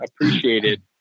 appreciated